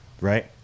right